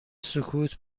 سکوت